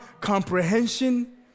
comprehension